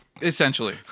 essentially